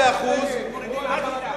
לא, אנחנו לא נגד, מורידים עד בלי די.